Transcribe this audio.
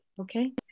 Okay